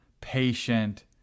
patient